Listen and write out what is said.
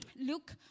Luke